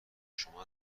شما